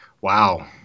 Wow